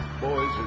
boys